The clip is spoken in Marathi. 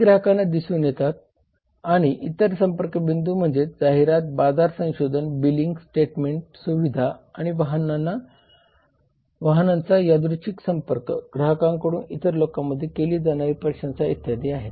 हे ग्राहकांना दिसू शकतात आणि इतर संपर्क बिंदू म्हणजे जाहिरात बाजार संशोधन सेवा बिलिंग स्टेटमेंट सुविधा आणि वाहनांचा यादृच्छिक संपर्क ग्राहकांकडून इतर लोकांमध्ये केली जाणारी प्रशंसा इत्यादी आहेत